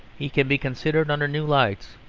he can be considered under new lights,